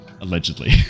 Allegedly